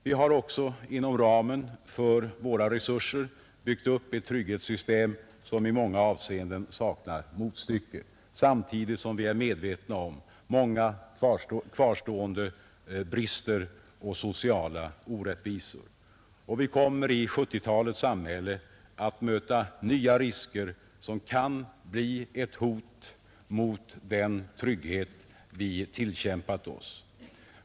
Vi har också inom ramen för våra resurser byggt upp ett trygghetssystem, som i många avseenden saknar motstycke, samtidigt som vi är medvetna om många kvarvarande brister och sociala orättvisor. Och vi kommer i 1970-talets samhälle att möta nya risker, som kan bli ett hot mot den trygghet som vi tillkämpat oss.